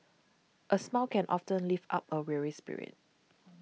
a smile can often lift up a weary spirit